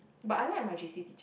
but I like my J_C teacher